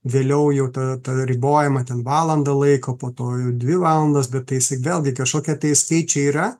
vėliau jau ta ta ribojama ten valanda laiko po to jau dvi valandas bet tai jisai vėlgi kažkokie tai skaičiai yra